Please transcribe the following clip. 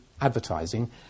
advertising